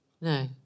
No